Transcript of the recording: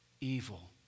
evil